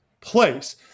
place